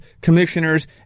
commissioners